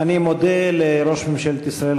אני מודה לראש ממשלת ישראל,